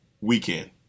weekend